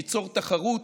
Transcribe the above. ייצור תחרות,